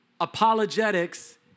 apologetics